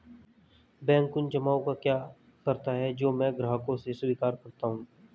Bank उन जमाव का क्या करता है जो मैं ग्राहकों से स्वीकार करता हूँ?